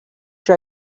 you